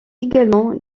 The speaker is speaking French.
également